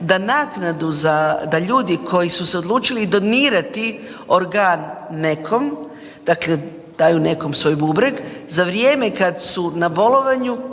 da naknadu za da ljudi koji su se odlučili donirati organ nekom, dakle daju nekom svoj bubreg, za vrijeme kad su na bolovanju